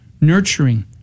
nurturing